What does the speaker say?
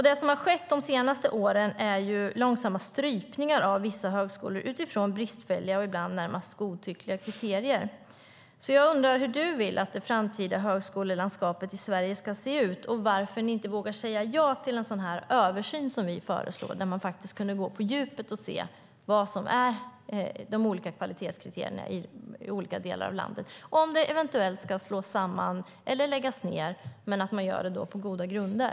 Det som har skett de senaste åren är långsamma strypningar av vissa högskolor, utifrån bristfälliga och ibland närmast godtyckliga kriterier. Jag undrar hur du vill att det framtida högskolelandskapet i Sverige ska se ut och varför ni inte vågar säga ja till en sådan översyn som vi föreslår, där man kunde gå på djupet och se vad som är kvalitetskriterier i olika delar av landet, om det eventuellt ska slås samman eller läggas ned - men att man gör det på goda grunder.